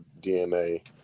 DNA